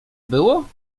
było